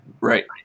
Right